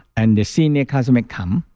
and the senior classmate come.